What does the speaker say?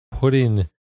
Putting